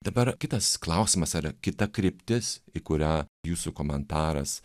dabar kitas klausimas yra kita kryptis į kurią jūsų komentaras